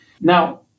Now